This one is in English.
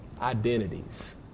identities